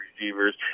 receivers –